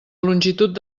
longitud